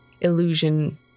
Illusion